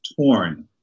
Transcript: torn